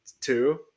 Two